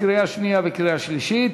קריאה שנייה וקריאה שלישית.